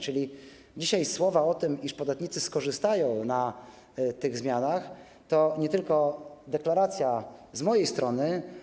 Czyli dzisiaj słowa o tym, że podatnicy skorzystają na tych zmianach, to nie tylko deklaracja z mojej strony.